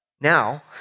Now